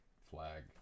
flag